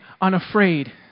unafraid